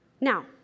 Now